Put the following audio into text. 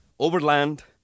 Overland